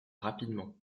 rapidement